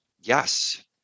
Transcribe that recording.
Yes